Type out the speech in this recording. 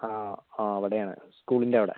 ആ ആ അവിടെയാണ് സ്കൂളിൻ്റെ അവിടെ